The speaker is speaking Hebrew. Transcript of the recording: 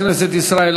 אז אני חוזר,